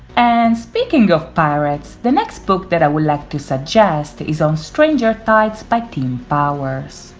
and speaking of pirates, the next book that i would like to suggest is on stranger tides by tim powers.